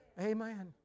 Amen